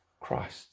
Christ